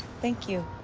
thank you.